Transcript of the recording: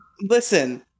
Listen